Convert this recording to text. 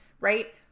right